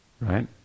Right